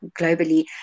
globally